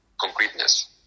concreteness